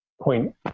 point